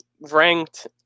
ranked